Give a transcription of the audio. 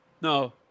No